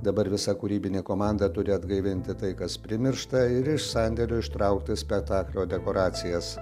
dabar visa kūrybinė komanda turi atgaivinti tai kas primiršta ir iš sandėlio ištraukti spektaklio dekoracijas